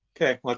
Okay